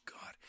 God